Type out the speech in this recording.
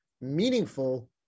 meaningful